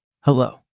Hello